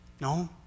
no